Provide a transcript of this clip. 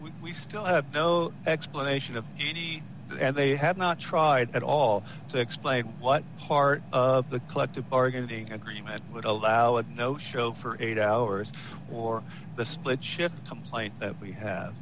we still have no explanation of it and they have not tried at all to explain what part of the collective bargaining agreement would allow a no show for eight hours or the split shift complaint that we have